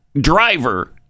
driver